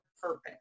purpose